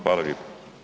Hvala lijepo.